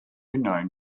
known